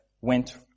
went